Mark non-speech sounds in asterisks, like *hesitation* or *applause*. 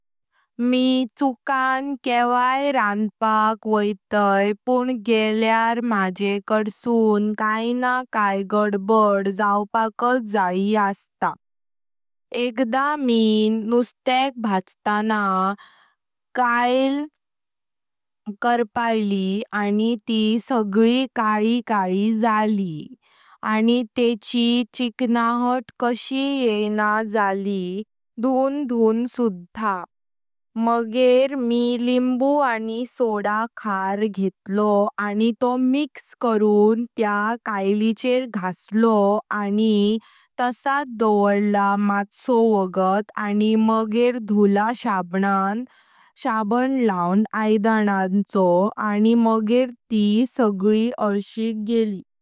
मी चुकां केवाय रनपाक वैताय पण गेल्यार माजे काँडसून काई ना काई गडबड जाऊपाकत जयी। एकदा मी नुर्त्याक *unintelligible* भजताना जायील करपायली आनी ती सगली कळी कळी जाली। आनी तिची चिन्हात कशी येयना जाली धून धून सुधा। मागे मी लिम्बु आनी सोडा खार घेतलो आनी तो मिक्स करून त्या काईलीचेर घासलो आनी तसात दोवरला मत्सो वोगोट आनी मगेर धूळा *hesitation* साबन लाऊन ऐदानां छो आनी मगेर ती सगली अल्शिक ईली।